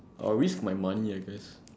I will risk my money I guess